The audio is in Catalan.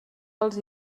dels